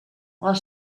while